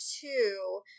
two